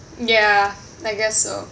ya I guess so